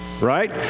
Right